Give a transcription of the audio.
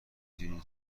دونین